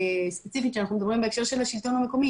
ספציפית כשאנחנו מדברים בהקשר של השלטון המקומי,